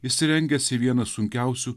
išsirengęs į vieną sunkiausių